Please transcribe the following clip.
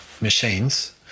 machines